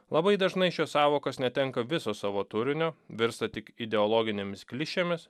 labai dažnai šios sąvokos netenka viso savo turinio virsta tik ideologinėmis klišėmis